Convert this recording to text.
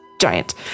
giant